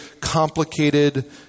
complicated